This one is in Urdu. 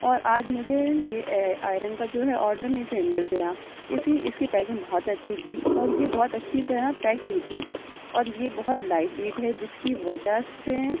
اور آج مجھے یہ آئرن کا جو ہے آڈر مجھے مل گیا اِسی اِس کی پیکنگ بہت اچھی تھی اور یہ بہت اچھی طرح پیک کی تھی اور یہ بہت لائٹ ویٹ ہے جس کی وجہ سے